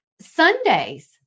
Sundays